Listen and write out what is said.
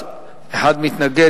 4 ו-60,